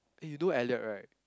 eh you know Elliot right